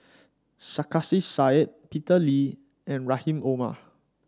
Sarkasi Said Peter Lee and Rahim Omar